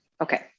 Okay